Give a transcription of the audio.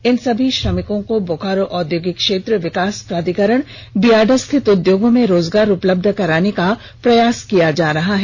इन सभी कुशल श्रमिकों को बोकारो औद्योगिक क्षेत्र विकास प्राधिकरणबियाडा स्थित उद्योगों में रोजगार उपलब्ध कराने का प्रयास किया जा रहा है